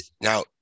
Now